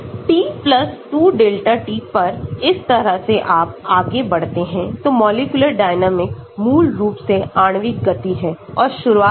t 2 delta t पर इस तरह से आप आगे बढ़ते हैं तो मॉलिक्यूलर डायनेमिक मूल रूप से आणविक गति है और शुरुआत होता है t t0 से